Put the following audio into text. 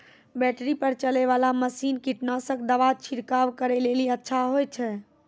Battery पर चलै वाला मसीन कीटनासक दवा छिड़काव करै लेली अच्छा होय छै?